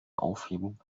aufhebung